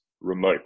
remote